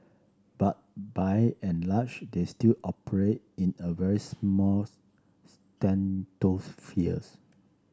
but by and large they still operate in a very small